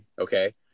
okay